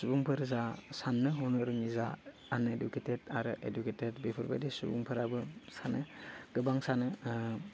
सुबुंफोर जा साननो हनो रोंङि जा आनइडुकेटेट आरो इडुकेटेट बेफोरबायदि सुबुंफोराबो सानो गोबां सानो